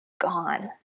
gone